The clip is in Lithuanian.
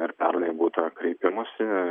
ir pernai būta kreipimosi